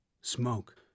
smoke